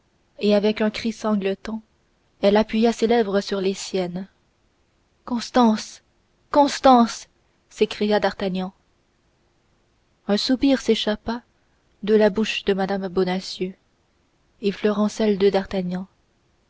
et avec un cri sanglotant elle appuya ses lèvres sur les siennes constance constance s'écria d'artagnan un soupir s'échappa de la bouche de mme bonacieux effleurant celle de d'artagnan